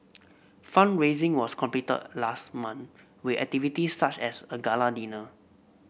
fund raising was completed last month we activities such as a gala dinner